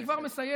אני כבר מסיים,